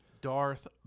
Darth